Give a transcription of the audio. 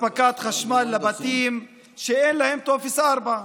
הספקת חשמל לבתים שאין להם טופס 4,